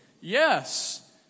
Yes